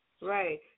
Right